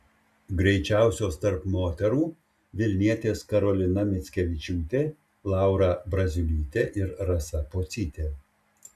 greičiausios tarp moterų vilnietės karolina mickevičiūtė laura braziulytė ir rasa pocytė